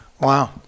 Wow